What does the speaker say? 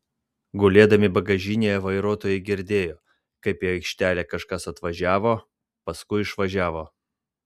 gulėdami bagažinėje vairuotojai girdėjo kaip į aikštelę kažkas atvažiavo paskui išvažiavo